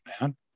man